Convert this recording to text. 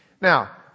now